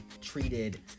treated